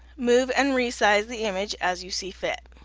move and re-size the image as you see fit.